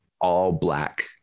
all-Black